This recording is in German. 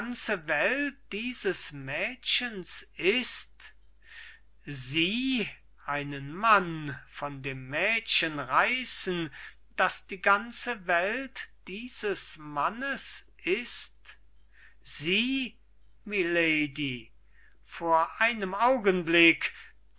welt dieses mädchens ist sie einen mann von dem mädchen reißen das die ganze welt dieses mannes ist sie milady vor einem augenblick